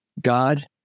God